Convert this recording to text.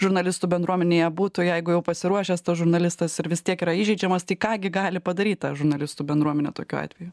žurnalistų bendruomenėje būtų jeigu jau pasiruošęs tas žurnalistas ir vis tiek yra įžeidžiamas tai ką gi gali padaryt ta žurnalistų bendruomenė tokiu atveju